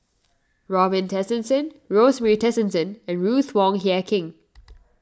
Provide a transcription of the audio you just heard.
Robin Tessensohn Rosemary Tessensohn and Ruth Wong Hie King